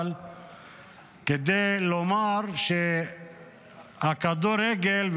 כדי לומר שהכדורגל,